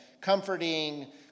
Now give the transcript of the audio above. comforting